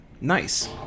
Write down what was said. Nice